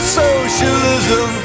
socialism